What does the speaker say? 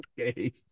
Okay